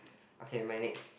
okay never mind next